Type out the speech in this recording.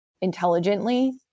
intelligently